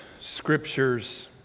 scriptures